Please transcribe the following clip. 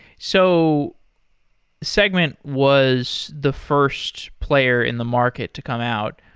so segment was the first player in the market to come out.